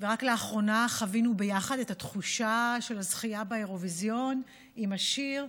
ורק לאחרונה חווינו ביחד את התחושה של הזכייה באירוויזיון עם השיר.